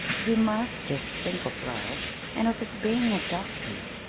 we must just think of ralph and of his being a doctor.